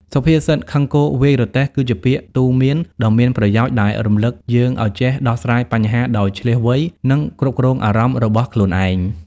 សុភាសិត «ខឹងគោ វាយរទេះ» គឺជាពាក្យទូន្មានដ៏មានប្រយោជន៍ដែលរំលឹកយើងឲ្យចេះដោះស្រាយបញ្ហាដោយឈ្លាសវៃ និងគ្រប់គ្រងអារម្មណ៍របស់ខ្លួនឯង។